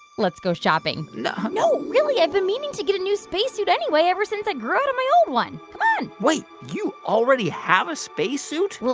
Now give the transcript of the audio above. let's go shopping. no, really. i've been meaning to get a new spacesuit anyway ever since i grew out of my old one. come on wait. you already have a spacesuit? well,